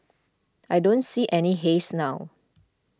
I don't see any haze now